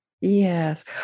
Yes